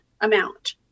amount